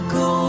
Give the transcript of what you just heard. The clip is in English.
go